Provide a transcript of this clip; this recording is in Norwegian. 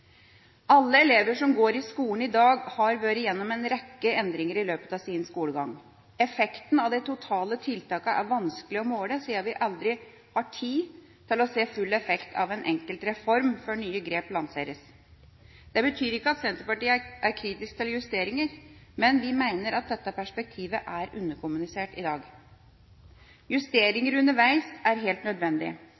Alle elever som går i skolen i dag, har vært gjennom en rekke endringer i løpet av sin skolegang. Effekten av de totale tiltakene er vanskelig å måle siden vi aldri har tid til å se full effekt av en enkelt reform, før nye grep lanseres. Det betyr ikke at Senterpartiet er kritisk til justeringer, men vi mener at dette perspektivet er underkommunisert i dag. Justeringer underveis er helt nødvendig. En slik justering